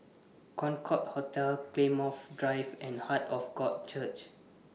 Concorde Hotel Claymore Drive and Heart of God Church